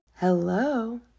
hello